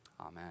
Amen